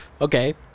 Okay